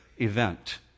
event